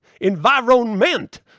Environment